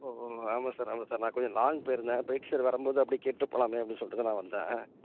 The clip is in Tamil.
ஓஹோ ஆமாம் சார் ஆமாம் சார் நான் கொஞ்சம் லாங்க் போயிருந்தேன் போயிட்டு சரி வரும் போது அப்படியே கேட்டுப் போலாமே அப்படினு சொல்லிட்டு தான் நான் வந்தேன்